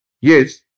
Yes